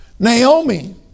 Naomi